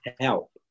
help